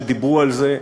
שדיברו על זה,